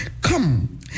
Come